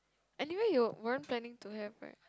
anyway you weren't planning to have right